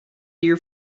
dear